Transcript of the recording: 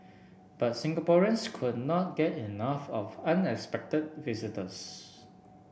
but Singaporeans could not get enough of unexpected visitors